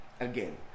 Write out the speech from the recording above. again